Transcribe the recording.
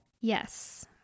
Yes